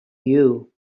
you